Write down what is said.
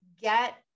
get